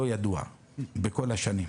לא ידוע בכל השנים.